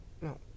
No